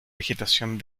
vegetación